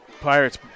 Pirates